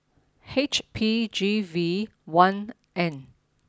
H P G V one N